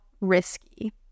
risky